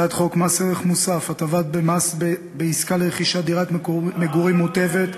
הצעת חוק מס ערך מוסף (הטבה במס בעסקה לרכישת דירת מגורים מוטבת),